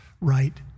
right